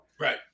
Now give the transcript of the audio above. Right